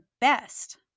best